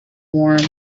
warm